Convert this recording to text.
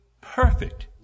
perfect